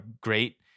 great